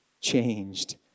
changed